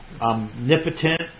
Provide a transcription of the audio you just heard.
omnipotent